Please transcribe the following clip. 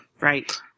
Right